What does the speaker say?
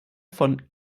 von